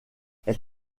elle